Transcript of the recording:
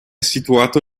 situato